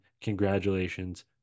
Congratulations